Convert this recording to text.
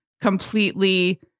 completely